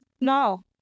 No